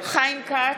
חיים כץ,